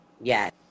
Yes